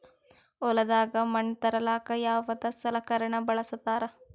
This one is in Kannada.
ಹೊಲದಾಗ ಮಣ್ ತರಲಾಕ ಯಾವದ ಸಲಕರಣ ಬಳಸತಾರ?